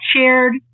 shared